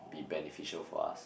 be beneficial for us